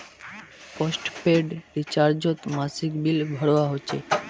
postpaid रिचार्जोत मासिक bill भरवा होचे